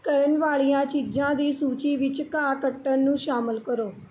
ਕਰਨ ਵਾਲੀਆਂ ਚੀਜ਼ਾਂ ਦੀ ਸੂਚੀ ਵਿੱਚ ਘਾਹ ਕੱਟਣ ਨੂੰ ਸ਼ਾਮਲ ਕਰੋ